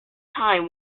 time